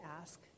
ask